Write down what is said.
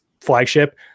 flagship